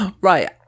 Right